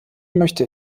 möchte